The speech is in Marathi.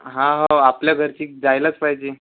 हा हो आपल्या घरची जायलाच पाहिजे